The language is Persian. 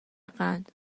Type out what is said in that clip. قند